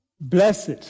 Blessed